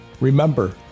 Remember